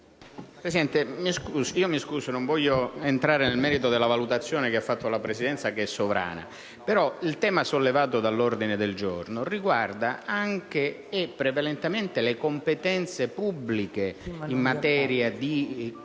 Presidente, non voglio entrare nel merito della valutazione della Presidenza, che è sovrana. Però, il tema sollevato dall'ordine del giorno riguarda anche e prevalentemente le competenze pubbliche in materia di